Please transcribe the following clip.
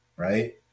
Right